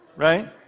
Right